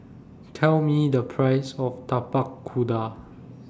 Tell Me The Price of Tapak Kuda